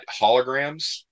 holograms